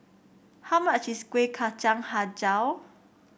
how much is Kueh Kacang hijau